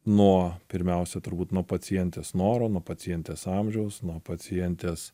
nuo pirmiausia turbūt nuo pacientės noro nuo pacientės amžiaus nuo pacientės